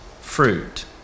fruit